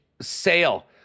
sale